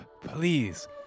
Please